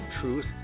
Truth